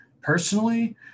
personally